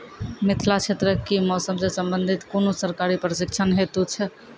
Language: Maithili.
मिथिला क्षेत्रक कि मौसम से संबंधित कुनू सरकारी प्रशिक्षण हेतु छै?